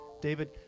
David